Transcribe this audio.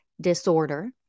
disorder